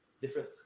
different